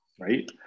right